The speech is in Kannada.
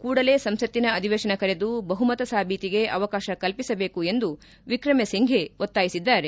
ಕೂಡಲೇ ಸಂಸತ್ತಿನ ಅಧಿವೇಶನ ಕರೆದು ಬಹುಮತ ಸಾಬೀತಿಗೆ ಅವಕಾಶ ಕಲ್ಪಿಸಬೇಕು ಎಂದು ವಿಕ್ರೆಮೆಸಿಂಘೆ ಒತ್ತಾಯಿಸಿದ್ದಾರೆ